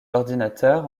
l’ordinateur